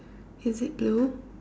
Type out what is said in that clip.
is it blue